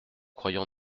croyons